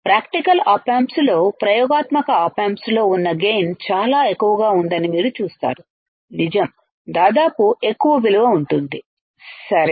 practical op ఆంప్స్లో ప్రయోగాత్మక op ఆంప్స్లో ఉన్న గైన్ చాలా ఎక్కువగా ఉందని మీరు చూస్తారు నిజం దాదాపు ఎక్కువ విలువ ఉంటుంది సరే